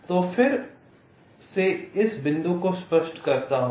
तो मैं फिर से इस बिंदु को स्पष्ट करता हूँ